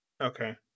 Okay